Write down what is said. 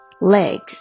legs